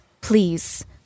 please